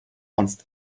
sonst